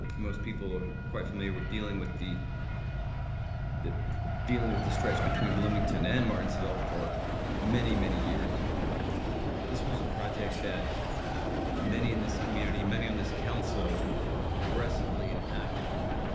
most people are quite familiar with dealing with the that dealing with the stretch between bloomington and martinsville for many many years this was a project that many in this community many on this council aggressively and actively